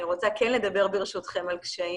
אני רוצה כן לדבר ברשותכם על קשיים,